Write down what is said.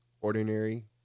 ordinary